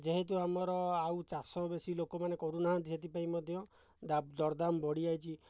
ଯେହେତୁ ଆମର ଆଉ ଚାଷ ବେଶୀ ଲୋକମାନେ କରୁନାହାନ୍ତି ସେଥିପାଇଁ ମଧ୍ୟ ଦରଦାମ୍ ବଢ଼ିଯାଇଛି